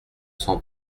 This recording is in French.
cent